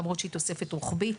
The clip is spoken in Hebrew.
למרות שהיא תוספת רוחבית.